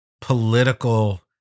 political